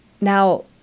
Now